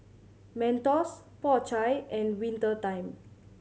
Mentos Po Chai and Winter Time